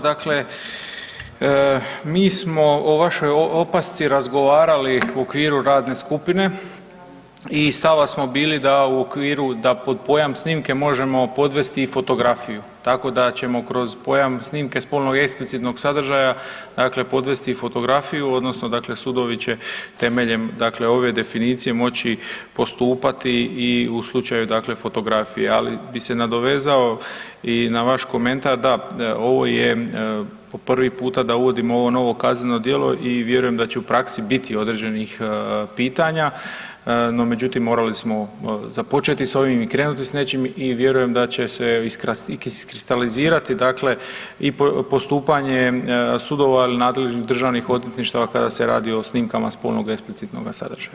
Dakle, mi smo o vašoj opasci razgovarali u okviru radne skupine i stava smo bili da u okviru, da pod pojam snimke možemo podvesti i fotografiju, tako da ćemo kroz pojam snimke spolno eksplicitnog sadržaja, dakle podvesti i fotografiju, odnosno dakle sudovi će temeljem dakle ove definicije moći postupati i u slučaju dakle, fotografije, ali bi se nadovezao i na vaš komentar, da, ovo je po prvi puta da uvodimo ovo novo kazneno djelo i vjerujem da će u praksi biti određenih pitanja, međutim, morali smo započeti s ovim i krenuti s nečim i vjerujem da će se iskristalizirati, dakle i postupanje sudova ili nadležnih državnih odvjetništava kada se radi o snimkama spolnog eksplicitnoga sadržaja.